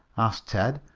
asked ted.